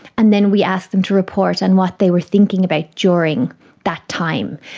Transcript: and then we ask them to report on what they were thinking about during that time.